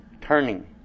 turning